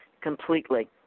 completely